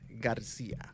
Garcia